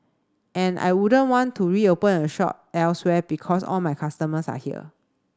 and I wouldn't want to reopen a shop elsewhere because all my customers are here